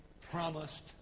promised